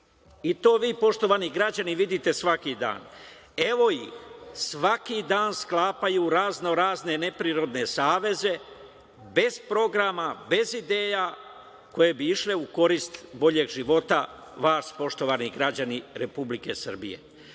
To vi poštovani građani Srbije vidite svaki dan. Evo ih, svaki dan sklapaju razno-razne neprirodne saveze, bez programa, bez ideja koje bi išle u korist boljeg života, vas, poštovani građani Republike Srbije. Oni